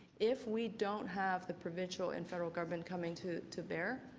if we don't have the provincial and federal government coming to to bear,